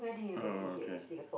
oh okay